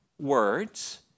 words